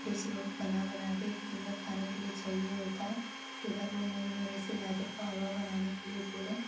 डिसरू बना बना कर मतलब खाने के लिए चाहिए होता है कई बार वो मेरे मेरे से गाजर का हलवा बनान के लिए बोले